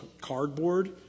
cardboard